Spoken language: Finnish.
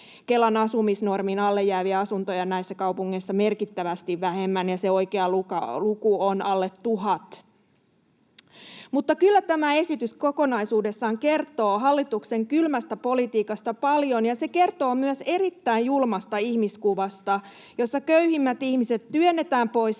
Kelan asumisnormin alle jääviä asuntoja on näissä kaupungeissa merkittävästi vähemmän, ja se oikea luku on alle tuhat. Mutta kyllä tämä esitys kokonaisuudessaan kertoo hallituksen kylmästä politiikasta paljon, ja se kertoo myös erittäin julmasta ihmiskuvasta, jossa köyhimmät ihmiset työnnetään pois silmistä